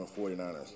49ers